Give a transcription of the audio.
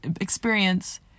experience